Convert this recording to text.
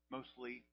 Mostly